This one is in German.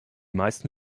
meisten